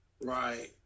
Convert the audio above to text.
Right